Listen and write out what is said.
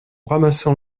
ramassant